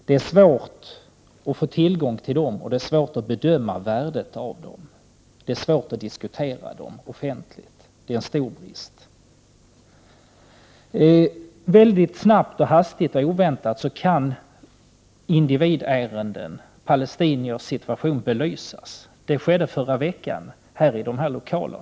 Det är svårt att få tillgång till dem och svårt att bedöma värdet av dem. Likaså är det svårt att offentligt diskutera dem, och det är en stor brist. Mycket hastigt och oväntat kan ärenden om palestiniers situation belysas. Det skedde senast förra veckan i närheten av denna lokal.